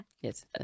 yes